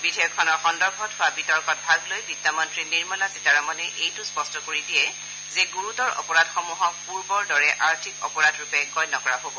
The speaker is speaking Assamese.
বিধেয়কখনৰ সন্দৰ্ভত হোৱা বিতৰ্কত ভাগ লৈ বিত্ত মন্ত্ৰী নিৰ্মলা সীতাৰমণে এইটো স্পষ্ট কৰি দিয়ে যে গুৰুতৰ অপৰাধসমূহক পূৰ্বৰ দৰে আৰ্থিক অপৰাধৰূপে গণ্য কৰা হ'ব